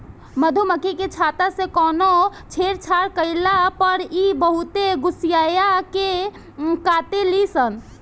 मधुमखी के छत्ता से कवनो छेड़छाड़ कईला पर इ बहुते गुस्सिया के काटेली सन